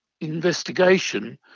investigation